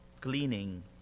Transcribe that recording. cleaning